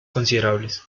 considerables